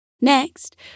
Next